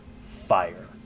fire